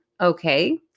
Okay